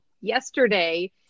yesterday